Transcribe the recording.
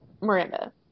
Miranda